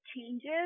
changes